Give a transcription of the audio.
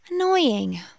Annoying